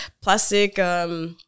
plastic